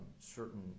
certain